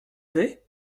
vais